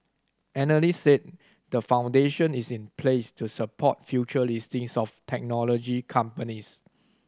analysts said the foundation is in place to support future listings of technology companies